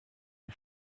der